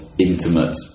intimate